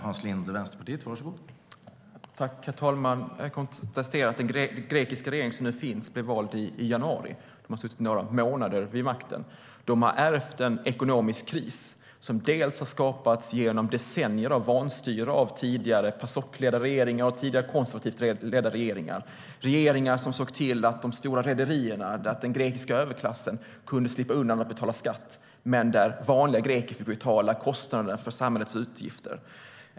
Herr talman! Jag konstaterar att den grekiska regering som nu finns blev vald i januari. Den regeringen har suttit några månader vid makten. Den har ärvt en ekonomisk kris som genom decennier av vanstyre skapats både av tidigare Pasokledda regeringar och av tidigare konservativt ledda regeringar. Det var regeringar som såg till att de stora rederierna och den grekiska överklassen slapp betala skatt och vanliga greker fick stå för samhällets utgifter.